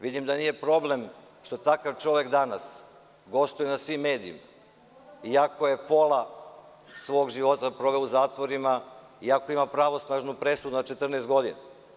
Vidim da nije problem što takav čovek danas gostuje na svim medijima, iako je pola svog života proveo u zatvorima, iako ima pravosnažnu presudu na 14 godina.